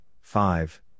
five